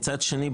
מצד שני,